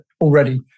already